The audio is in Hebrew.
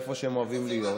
איפה שהם אוהבים להיות.